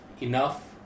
enough